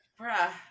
Bruh